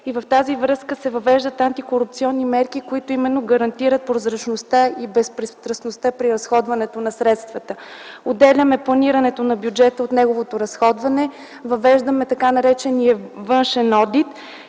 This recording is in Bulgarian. В тази връзка се въвеждат антикорупционни мерки, които именно гарантират прозрачността и безпристрастността при изразходването на средствата, отделяме планирането на бюджета от неговото разходване, въвеждаме така наречения външен одит,